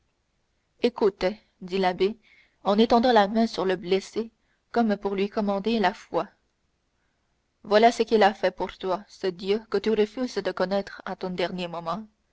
écoute dit l'abbé en étendant la main sur le blessé comme pour lui commander la foi voilà ce qu'il a fait pour toi ce dieu que tu refuses de reconnaître à ton dernier moment